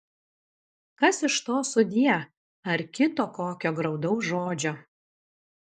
kas iš to sudie ar kito kokio graudaus žodžio